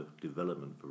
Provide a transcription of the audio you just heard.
development